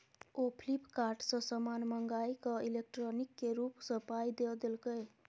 ओ Flipkart सँ समान मंगाकए इलेक्ट्रॉनिके रूप सँ पाय द देलकै